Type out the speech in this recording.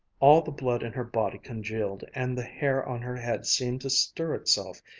all the blood in her body congealed and the hair on her head seemed to stir itself,